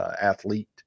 athlete